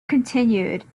continued